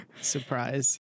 Surprise